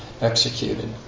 executed